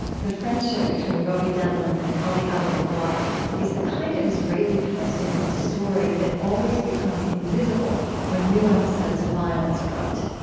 the friendship between robi damelin and ali abu awwad is the kind of israeli-palestinian story that always becomes invisible when new episodes of violence erupt.